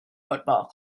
football